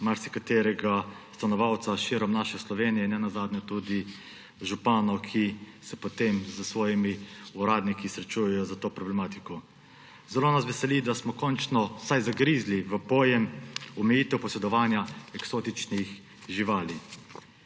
marsikaterega stanovalca širom naše Slovenije, ne nazadnje tudi županov, ki se potem s svojimi uradniki srečujejo s to problematiko. Zelo nas veseli, da smo končno vsaj zagrizli v pojem omejitev posedovanja eksotičnih živali.